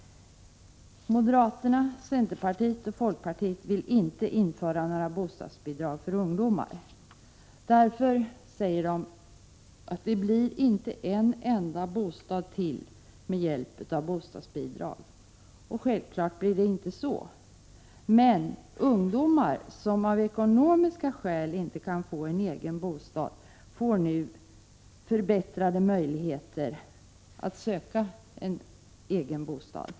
Moderaterna, centerpartiet och folkpartiet vill inte införa några bostadsbidrag för ungdomar. Därför säger de att det inte blir en enda bostad till med hjälp av bostadsbidragen. Självfallet blir det inte det, men ungdomar som av ekonomiska skäl inte kan få en egen bostad får nu förbättrade möjligheter att söka en egen bostad.